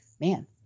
man